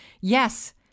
Yes